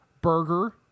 burger